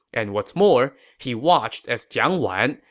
and what's more, he watched as jiang wan,